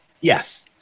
Yes